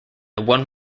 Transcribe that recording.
one